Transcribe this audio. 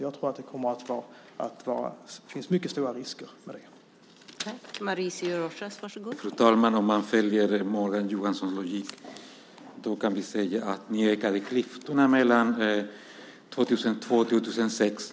Jag tror att det finns mycket stora risker med detta.